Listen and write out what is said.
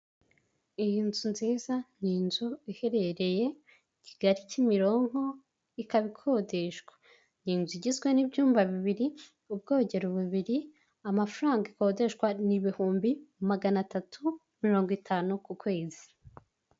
Iyi nzu nziza ni inzu iherereye kigali kimironko ikaba ikodeshwa ni inzu igizwe n'ibyumba bibiri ubwogero bubiri amafaranga ikodeshwa ni ibihumbi magana atatu mirongo itanu ku kwezi.